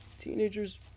teenagers